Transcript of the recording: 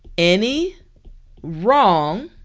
any wrong